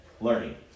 learning